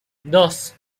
dos